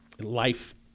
life